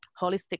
holistic